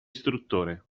istruttore